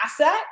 asset